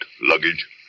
luggage